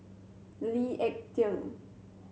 Lee Ek Tieng